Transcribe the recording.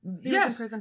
Yes